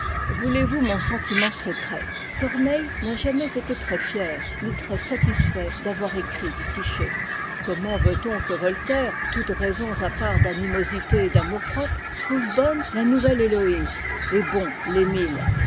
voulez-vous mon sentiment secret corneille n'a jamais été très fier ni très satisfait d'avoir écrit psyché comment veut-on que voltaire toutes raisons à part d'animosité et d'amour-propre trouve bonne la nouvelle héloïse et bon